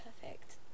perfect